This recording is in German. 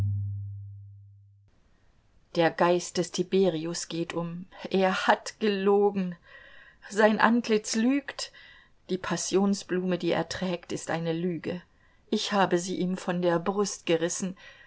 der geist des tiberius geht um er hat gelogen sein antlitz lügt die passionsblume die er trägt ist eine lüge ich habe sie ihm von der brust gerissen